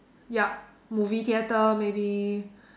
yup movie theater maybe